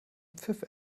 pfiff